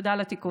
תודה על התיקון.